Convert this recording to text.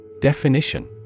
Definition